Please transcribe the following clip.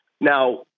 Now